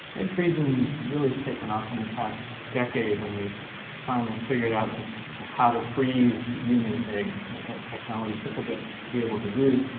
egg freezing really has taken off in the past decade, when we finally figured out how to freeze human eggs. that technology took a bit to be able to do,